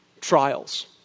trials